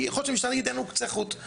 כי יכול להיות שהמשטרה תגיד אין לנו קצה חוט.